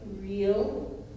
real